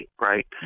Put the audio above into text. right